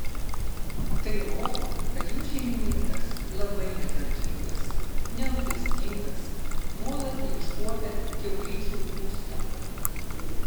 tai rodo kad jų šeimininkas labai netvarkingas nerūpestingas nuolat neiškuopia kiaulyčių būsto